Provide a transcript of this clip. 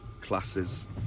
classes